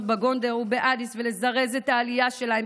בגונדר ובאדיס ולזרז את העלייה שלהם,